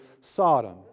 Sodom